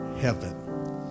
heaven